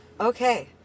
Okay